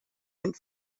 went